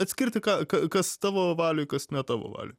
atskirti ką ką kas tavo valioj kas ne tavo valioj